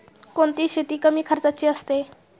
कोणती शेती कमी खर्चाची असते?